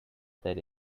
there